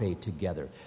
together